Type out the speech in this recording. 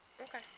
Okay